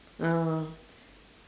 ah